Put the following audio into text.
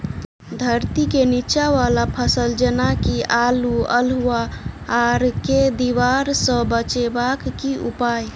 धरती केँ नीचा वला फसल जेना की आलु, अल्हुआ आर केँ दीवार सऽ बचेबाक की उपाय?